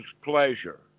pleasure